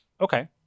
Okay